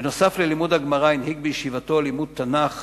בנוסף ללימוד הגמרא הנהיג בישיבתו לימוד תנ"ך